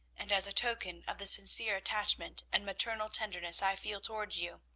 and as a token of the sincere attachment and maternal tenderness i feel towards you.